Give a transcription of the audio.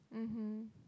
mmhmm